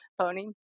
pony